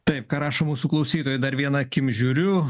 taip ką rašo mūsų klausytojai dar viena akim žiūriu